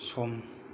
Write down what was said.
सम